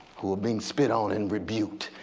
who are being spit on and rebuked?